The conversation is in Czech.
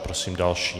Prosím další.